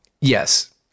Yes